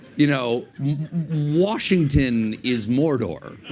you know washington is mordor.